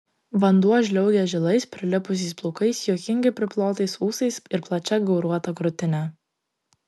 vanduo žliaugė žilais prilipusiais plaukais juokingai priplotais ūsais ir plačia gauruota krūtine